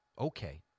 Okay